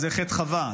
זה חטא חוה,